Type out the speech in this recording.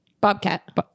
bobcat